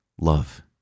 love